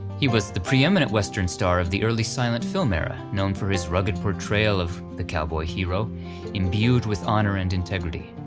he was the preeminent western star of the early silent film era known for his rugged portrayal of the cowboy hero imbued with honor and integrity.